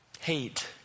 hate